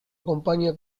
acompaña